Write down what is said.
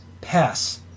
pass